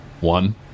One